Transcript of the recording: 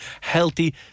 healthy